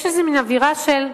יש איזה מין אווירה של,